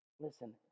Listen